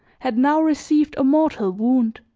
had now received a mortal wound.